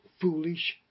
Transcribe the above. foolish